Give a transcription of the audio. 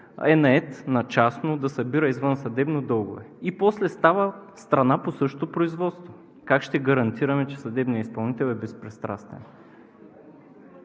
е нает на частно да събира извънсъдебно дългове и после става страна по същото производство. Как ще гарантираме, че съдебният изпълнител е безпристрастен?